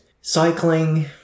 cycling